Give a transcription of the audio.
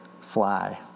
fly